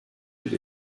yüz